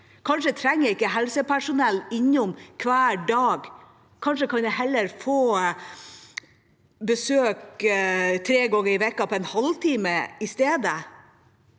Kanskje trenger jeg ikke helsepersonell innom hver dag? Kanskje kan jeg heller få besøk tre ganger i uka på en halvtime i stedet?